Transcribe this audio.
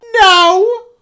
No